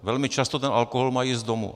Velmi často ten alkohol mají z domu.